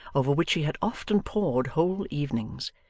over which she had often pored whole evenings,